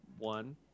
one